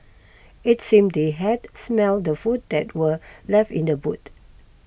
it seemed they had smelt the food that were left in the boot